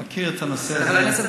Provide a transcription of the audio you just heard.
אני כבר מכיר את הנושא הזה בעל פה.